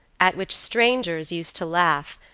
at which strangers used to laugh,